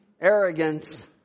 arrogance